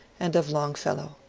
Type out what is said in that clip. and of longfellow.